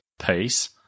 peace